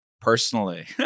personally